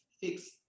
fix